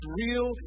real